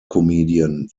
comedian